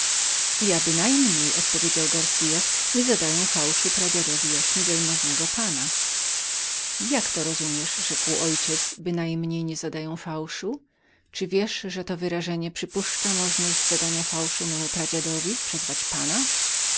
bynajmniej odparł garcias nie zadaję fałszu pradziadowi jaśnie wielmożnego pana jak to rozumiesz rzekł ojciec bynajmniej nie zadaję fałszu czy wiesz że to wyrażenie przypuszcza możność zadania fałszu memu pradziadowi przez wacpana